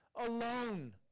alone